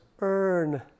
earn